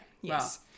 Yes